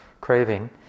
craving